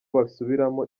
basubiramo